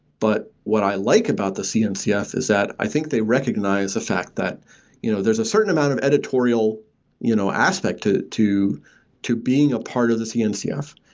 but what i like about the cncf is that i think they recognize the fact that you know there's a certain amount of editorial you know aspect to to being a part of the cncf.